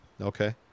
Okay